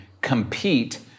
compete